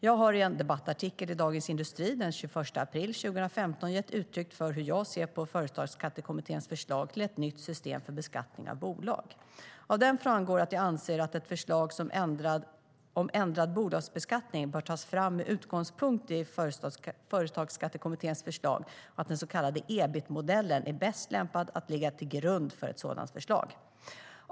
Jag har i en debattartikel i Dagens Industri den 21 april 2015 gett uttryck för hur jag ser på FSK:s förslag till ett nytt system för beskattning av bolag. Av den framgår att jag anser att ett förslag om ändrad bolagsbeskattning bör tas fram med utgångspunkt i FSK:s förslag och att den så kallade EBIT-modellen är bäst lämpad att ligga till grund för ett sådant förslag.